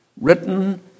written